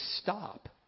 stop